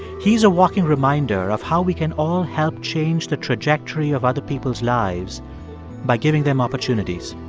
he's a walking reminder of how we can all help change the trajectory of other people's lives by giving them opportunities.